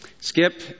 Skip